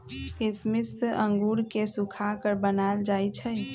किशमिश अंगूर के सुखा कऽ बनाएल जाइ छइ